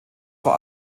vor